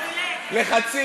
מעולה.